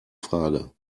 frage